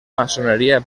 maçoneria